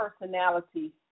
personality